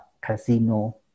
casino